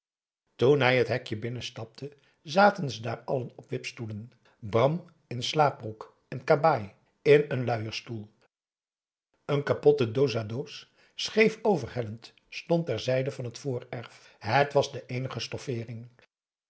toen hij het hekje binnenstapte zaten ze daar allen op wipstoelen bram in slaapbroek en kabaai in een luierstoel een kapotte dos à dos scheef overhellend stond terzij van het voorerf het was de eenige stoffeering